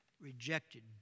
rejected